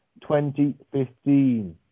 2015